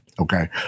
Okay